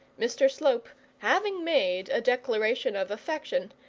mr slope, having made a declaration of affection,